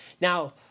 Now